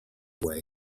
way